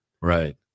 right